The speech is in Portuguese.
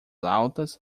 altas